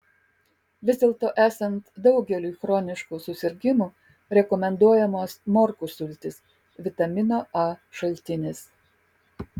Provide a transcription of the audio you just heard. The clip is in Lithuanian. vis dėlto esant daugeliui chroniškų susirgimų rekomenduojamos morkų sultys vitamino a šaltinis